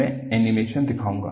मैं एनीमेशन दोहराऊंगा